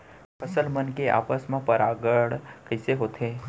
फसल मन के आपस मा परागण कइसे होथे?